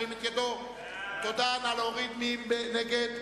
מי נגד?